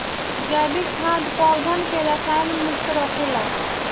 जैविक खाद पौधन के रसायन मुक्त रखेला